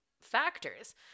factors